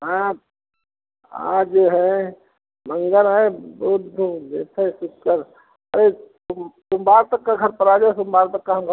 आज आज है मंगल है बुध बिफ़े शुक्र उ सोमवार तक घर पर आ जाओ सोमवार तक हम है